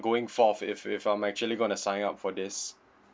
going forth if if I'm actually gonna sign up for this